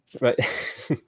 Right